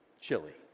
chili